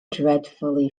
dreadfully